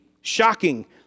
shocking